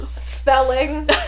Spelling